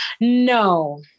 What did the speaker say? No